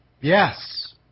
Yes